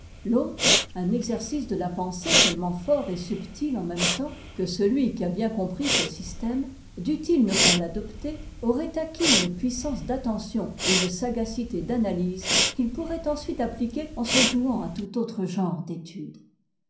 l'autre un exercice de la pensée tellement fort et subti en même temps que celui qui a bien compris ce système dût-il ne pas l'adopter aurait acquis une puissance d'attention et une sagacité d'analyse qu'il pourrait ensuite appliquer en se jouant à tout autre genre d'étude